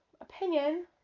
opinion